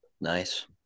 Nice